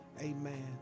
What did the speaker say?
amen